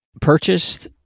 purchased